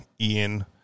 Ian